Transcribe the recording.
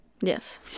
yes